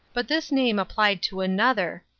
but this name applied to another,